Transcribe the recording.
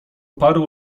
paru